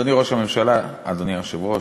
אדוני היושב-ראש,